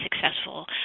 successful